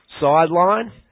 sideline